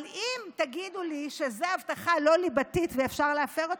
אבל אם תגידו לי שזו הבטחה לא ליבתית ואפשר להפר אותה,